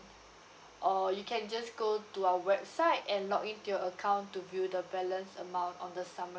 or you can just go to our website and login to your account to view the balance amount on the summary